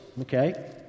okay